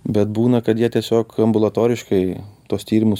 bet būna kad jie tiesiog ambulatoriškai tuos tyrimus